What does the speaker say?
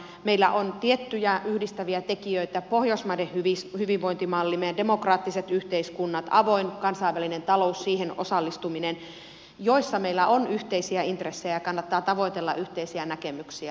meillä on tiettyjä yhdistäviä tekijöitä pohjoismainen hyvinvointimalli meidän demokraattiset yhteiskuntamme avoin kansainvälinen talous siihen osallistuminen joissa meillä on yhteisiä intressejä ja kannattaa tavoitella yhteisiä näkemyksiä